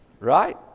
Right